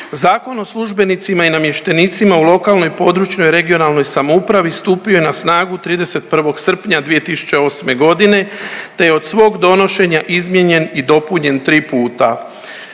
Zakon o službenicima i namještenicima u lokalnoj i područnoj (regionalnoj) samoupravi stupio je na snagu 31. srpnja 2008. godine te je od svog donošenja izmijenjen i dopunjen 3 puta.